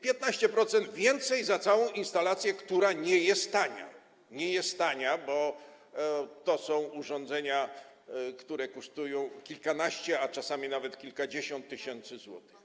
15% więcej za całą instalację, która nie jest tania, bo to są urządzenia, które kosztują kilkanaście, a czasami nawet kilkadziesiąt tysięcy złotych.